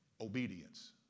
Obedience